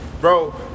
bro